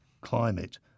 climate